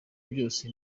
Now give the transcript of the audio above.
byose